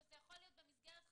וזה יכול להיות במסגרת חקירה,